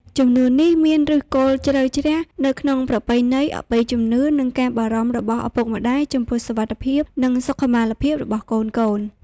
ជំនឿនេះមានឫសគល់ជ្រៅជ្រះនៅក្នុងប្រពៃណី អបិយជំនឿ និងការបារម្ភរបស់ឪពុកម្តាយចំពោះសុវត្ថិភាព និងសុខុមាលភាពរបស់កូនៗ។